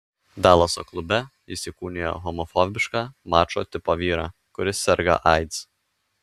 dalaso klube jis įkūnijo homofobišką mačo tipo vyrą kuris serga aids